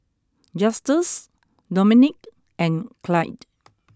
Justus Dominik and Clide